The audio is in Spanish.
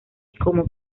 como